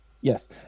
Yes